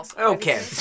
Okay